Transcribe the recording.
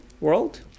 world